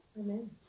Amen